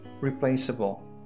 replaceable